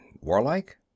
Warlike